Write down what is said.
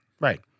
Right